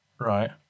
Right